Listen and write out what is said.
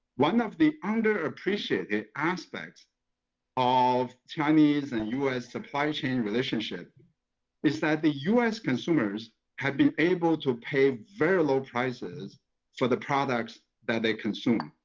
one of the underappreciated aspects of chinese and us supply chain relationship is that the us consumers have been able to pay very low prices for the products that they consume.